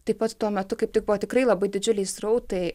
taip pat tuo metu kaip tik buvo tikrai labai didžiuliai srautai